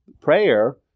Prayer